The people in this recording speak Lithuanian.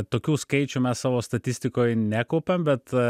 tokių skaičių mes savo statistikoj nekaupiam bet